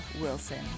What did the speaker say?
Wilson